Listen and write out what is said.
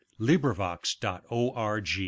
LibriVox.org